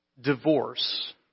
Divorce